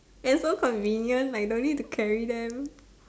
ya so convenient like don't need to carry them